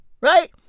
right